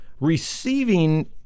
receiving